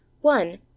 One